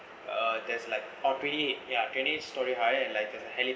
uh there's like all twenty ya twenty storey high and like a helipad